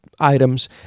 Items